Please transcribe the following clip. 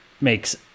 makes